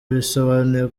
bisobanuye